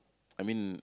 I mean